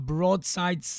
Broadside